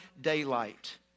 daylight